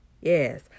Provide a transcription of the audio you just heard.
yes